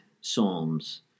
psalms